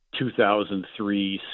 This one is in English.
2003